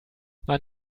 man